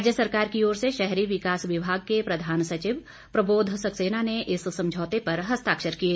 राज्य सरकार की ओर से शहरी विकास विभाग के प्रधान सचिव प्रबोध सक्सेना ने इस समझौते पर हस्ताक्षर किए